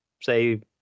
say